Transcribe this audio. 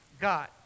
God